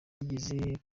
yizeye